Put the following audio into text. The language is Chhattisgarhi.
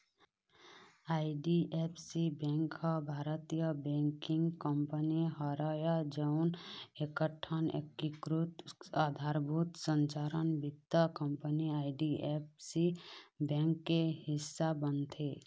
आई.डी.एफ.सी बेंक ह भारतीय बेंकिग कंपनी हरय जउन एकठन एकीकृत अधारभूत संरचना वित्त कंपनी आई.डी.एफ.सी बेंक के हिस्सा बनथे